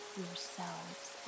yourselves